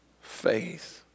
faith